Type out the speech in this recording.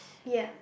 ya